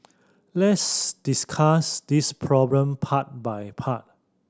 let's discuss this problem part by part